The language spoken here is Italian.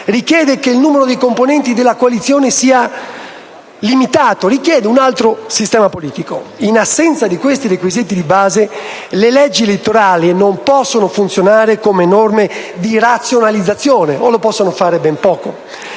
inoltre che il numero dei componenti della coalizione sia limitato. Essa richiede insomma un altro sistema politico. In assenza di questi requisiti di base, le leggi elettorali non possono funzionare come norme di razionalizzazione, o lo possono fare ben poco.